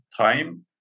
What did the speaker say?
time